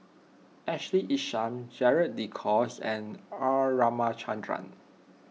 Ashley Isham Gerald De Cruz and R Ramachandran